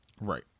Right